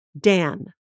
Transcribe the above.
Dan